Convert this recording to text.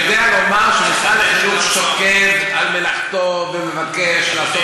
אני יודע לומר שמשרד החינוך שוקד על מלאכתו ומבקש לעשות